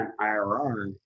IRR